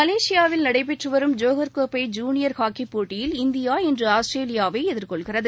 மலேசியாவில் நடைபெற்று வரும் ஜோகர் கோப்பை ஜூனியர் ஹாக்கிப் போட்டியில் இந்தியாஇன்று ஆஸ்திரேலியாவை எதிர்கொள்கிறது